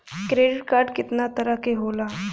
Credit card कितना तरह के होला?